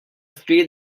street